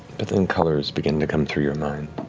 but then colors begin to come through your mind.